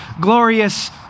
glorious